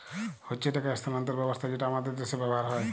হচ্যে টাকা স্থানান্তর ব্যবস্থা যেটা হামাদের দ্যাশে ব্যবহার হ্যয়